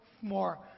more